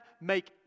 make